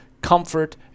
comfort